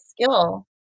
skill